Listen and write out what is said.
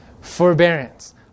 Forbearance